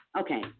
okay